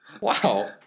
Wow